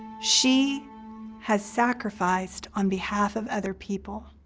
she has sacrificed on behalf of other people.